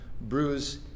bruise